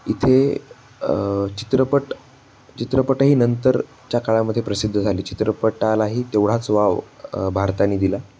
इथे चित्रपट चित्रपटही नंतर च्या काळामध्ये प्रसिद्ध झाले चित्रपटालाही तेवढाच वाव भारताने दिला